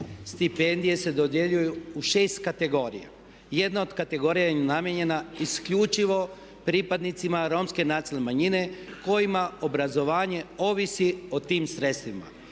Stipendije se dodjeljuju u 6 kategorija. Jedna od kategorija je namijenjena isključivo pripadnicima romske nacionalne manjine kojima obrazovanje ovisi o tim sredstvima